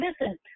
listen